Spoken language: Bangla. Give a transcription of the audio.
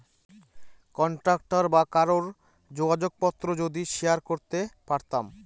কন্টাক্ট বা কারোর যোগাযোগ পত্র যদি শেয়ার করতে পারতাম